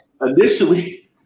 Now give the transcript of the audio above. initially